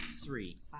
three